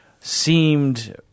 seemed